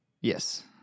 Yes